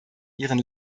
ihren